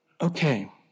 Okay